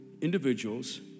individuals